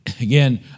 Again